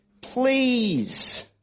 Please